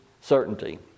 certainty